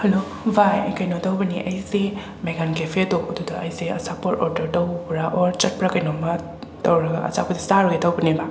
hello ꯚꯥꯏ ꯀꯩꯅꯣ ꯇꯧꯕꯅꯦ ꯑꯩꯁꯦ ꯃꯦꯒꯥꯟ ꯀꯦꯐꯦꯗꯣ ꯑꯗꯨꯗ ꯑꯩꯁꯦ ꯑꯆꯥꯄꯣꯠ ꯑꯣꯗꯔ ꯇꯧꯕ꯭ꯔꯥ ꯑꯣꯔ ꯆꯠꯄ꯭ꯔꯥ ꯀꯩꯅꯣꯃ ꯇꯧꯔꯒ ꯑꯆꯥꯄꯣꯠꯖꯦ ꯆꯥꯔꯨꯒꯦ ꯇꯧꯕꯅꯦꯕ